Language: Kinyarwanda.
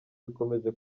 bikomeje